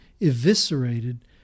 eviscerated